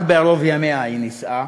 רק בערוב ימיה היא נישאה,